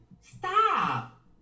Stop